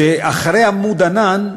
שאחרי "עמוד ענן",